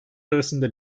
arasında